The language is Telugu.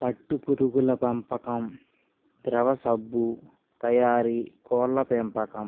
పట్టుపురుగుల పెంపకం ద్రవ సబ్బు తయారీ కోళ్ళ పెంపకం